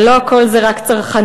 ולא הכול זה רק צרכנות,